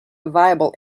viable